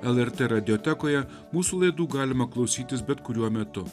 lrt radiotekoje mūsų laidų galima klausytis bet kuriuo metu